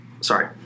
Sorry